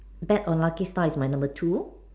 bad or lucky star is my number two